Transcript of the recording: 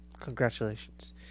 congratulations